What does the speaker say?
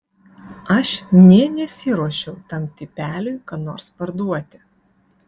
aš nė nesiruošiau tam tipeliui ką nors parduoti